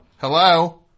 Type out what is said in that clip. Hello